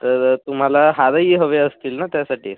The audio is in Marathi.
तर तुम्हाला हारही हवे असतील ना त्यासाठी